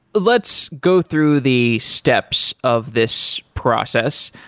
let's go through the steps of this process,